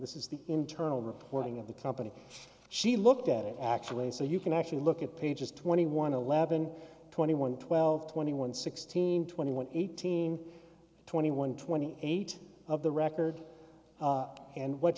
this is the internal reporting of the company she looked at it actually so you can actually look at pages twenty one eleven twenty one twelve twenty one sixteen twenty one eighteen twenty one twenty eight of the record and what